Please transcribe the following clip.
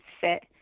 fit